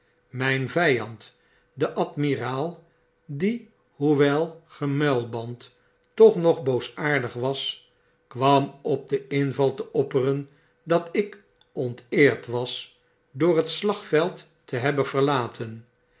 myn vijand de admiraal die hoewel gemuilband toch nog boosaardig was kwam op den inval te opperen dat ik onteerd was door het slagveld te hebben verlaten